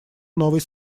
новый